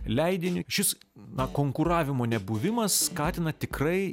leidiniu šis na konkuravimo nebuvimas skatina tikrai